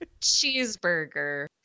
Cheeseburger